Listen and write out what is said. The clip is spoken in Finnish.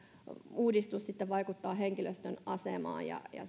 uudistus sitten vaikuttaa henkilöstön asemaan ja